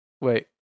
Wait